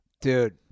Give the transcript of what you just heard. Dude